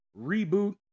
Reboot